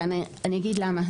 ואני אגיד למה.